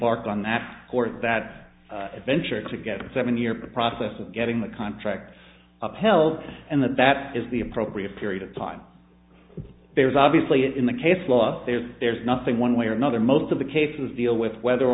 embarked on that or that adventure together seven year process of getting the contracts upheld and that that is the appropriate period of time there's obviously in the case law there's there's nothing one way or another most of the cases deal with whether